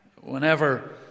whenever